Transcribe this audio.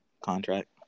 Contract